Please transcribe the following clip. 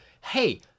hey